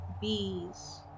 bees